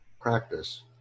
practice